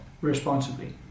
responsibly